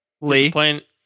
Lee